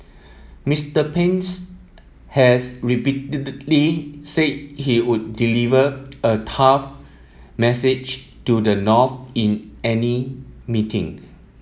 Mister Pence has repeatedly said he would deliver a tough message to the North in any meeting